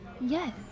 Yes